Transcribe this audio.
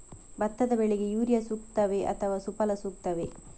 ಭತ್ತದ ಬೆಳೆಗೆ ಯೂರಿಯಾ ಸೂಕ್ತವೇ ಅಥವಾ ಸುಫಲ ಸೂಕ್ತವೇ?